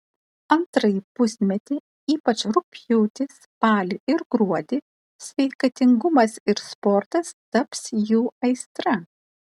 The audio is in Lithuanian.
antrąjį pusmetį ypač rugpjūtį spalį ir gruodį sveikatingumas ir sportas taps jų aistra